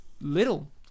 little